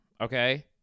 Okay